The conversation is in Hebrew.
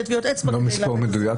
טביעות אצבע --- זה לא מספיק מדויק,